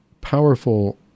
powerful